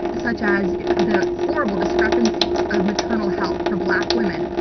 such as the horrible discrepancies of maternal health for black women.